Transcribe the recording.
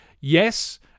Yes